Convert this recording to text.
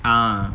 ah